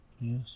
Yes